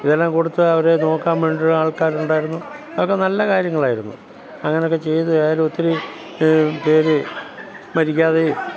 ഇതെല്ലാം കൊടുത്ത് അവരെ നോക്കാന് വേണ്ടി ഒരു ആള്ക്കാരുണ്ടായിരുന്നു അതൊക്കെ നല്ല കാര്യങ്ങളായിരുന്നു അങ്ങനെയൊക്കെ ചെയ്ത് ഏതായാലും ഒത്തിരി പേർ മരിക്കാതെയും